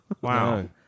Wow